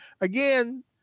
again